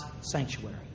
sanctuary